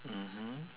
mmhmm